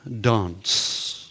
dance